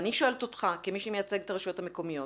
אני שואלת אותך כמי שבעצם מייצג את הרשויות המקומיות,